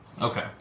Okay